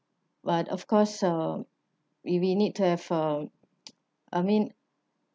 but of course uh if we need to have uh I mean